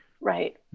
Right